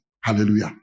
Hallelujah